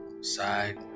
side